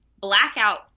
Blackout